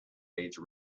age